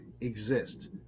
exist